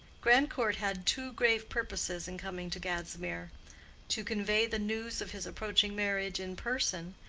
grandcourt had two grave purposes in coming to gadsmere to convey the news of his approaching marriage in person,